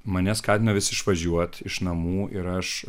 mane skatino vis išvažiuot iš namų ir aš